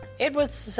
it was